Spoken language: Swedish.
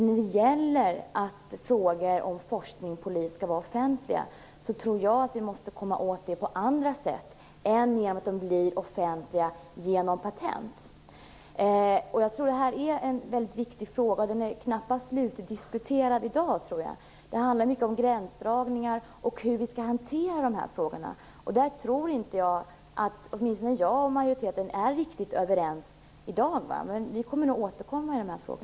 Fru talman! Jag tror att vi måste se till att forskning på liv blir offentlig på andra sätt än genom patentsökandet. Jag tror att detta är en väldigt viktig fråga. Den är knappast slutdiskuterad i dag. Det handlar mycket om gränsdragningar och hur vi skall hantera dessa frågor. Jag tror inte att vi är riktigt överens i dag. Vi kommer nog att återkomma i dessa frågor.